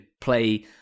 play